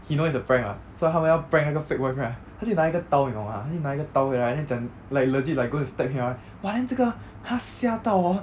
he know it's a prank [what] so 他们要 prank 那个 fake boyfriend right 他就拿一个刀你懂吗他就拿一个刀回来 then 讲 like legit like going to stab him right then !wah! 这个他吓到 hor